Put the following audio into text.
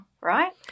right